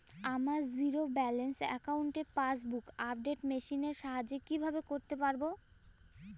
আমার zero balance অ্যাকাউন্টে passbook update machine এর সাহায্যে কীভাবে করতে পারব?